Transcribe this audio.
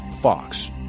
Fox